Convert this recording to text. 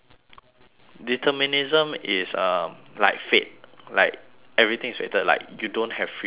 determinism is um like fate like everything is fated like you don't have free will like